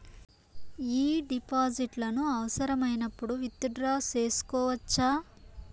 ఈ డిపాజిట్లను అవసరమైనప్పుడు విత్ డ్రా సేసుకోవచ్చా?